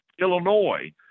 Illinois